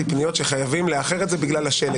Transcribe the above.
פניות שחייבים לאחר את זה בגלל השלג.